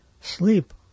sleep